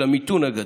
מהמיתון הגדול.